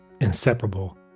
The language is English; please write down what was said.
inseparable